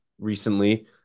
recently